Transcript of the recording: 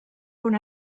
una